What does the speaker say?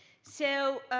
so